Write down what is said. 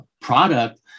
product